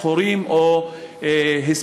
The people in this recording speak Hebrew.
שחורים או היספנים.